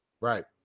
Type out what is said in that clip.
right